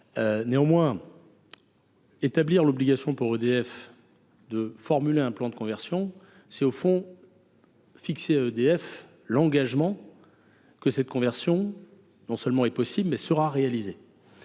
Néanmoins, fixer l’obligation pour EDF de formuler un plan de conversion, c’est au fond lui imposer de prendre l’engagement suivant : cette conversion non seulement est possible, mais sera réalisée.